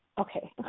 Okay